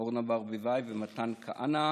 אורנה ברביבאי ומתן כהנא,